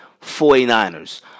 49ers